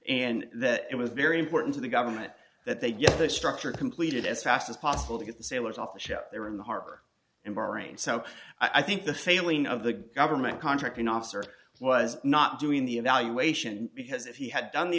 and that it was very important to the government that they get the structure completed as fast as possible to get the sailors off the ship they were in the harbor in bahrain so i think the failing of the government contracting officer was not doing the evaluation because if he had done the